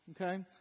Okay